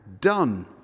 done